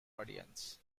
audience